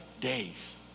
days